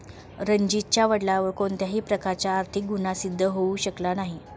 रणजीतच्या वडिलांवर कोणत्याही प्रकारचा आर्थिक गुन्हा सिद्ध होऊ शकला नाही